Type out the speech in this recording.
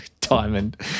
diamond